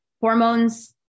Hormones